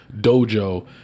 dojo